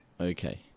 Okay